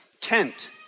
tent